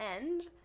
end